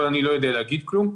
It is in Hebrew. אבל אני לא יודע להגיד כלום.